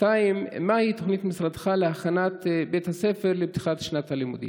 2. מהי תוכנית משרדך להכנת בית הספר לפתיחת שנת הלימודים?